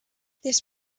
this